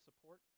support